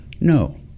no